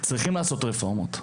צריך לעשות רפורמות,